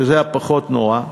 שזה הפחות-נורא,